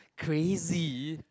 crazy